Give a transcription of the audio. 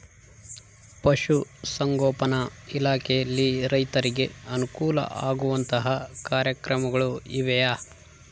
ಪಶುಸಂಗೋಪನಾ ಇಲಾಖೆಯಲ್ಲಿ ರೈತರಿಗೆ ಅನುಕೂಲ ಆಗುವಂತಹ ಕಾರ್ಯಕ್ರಮಗಳು ಇವೆಯಾ?